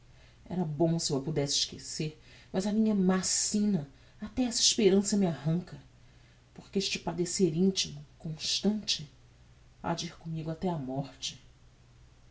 era bom se eu a pudesse esquecer mas a minha má sina até essa esperança me arranca porque este padecer intimo constante ha de ir commigo até á morte